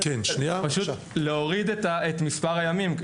להוריד את מספר הימים.